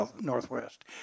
northwest